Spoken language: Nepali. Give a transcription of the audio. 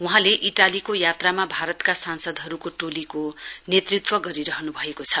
वहाँले इटालीको यात्रामा भारतका सांसदहरुको टोलीको नेतृत्व गरिरहन् भएको छ